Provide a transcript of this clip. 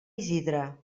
isidre